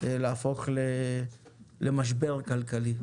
להפוך למשבר כלכלי.